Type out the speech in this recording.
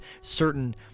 certain